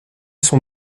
son